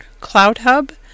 CloudHub